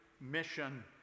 mission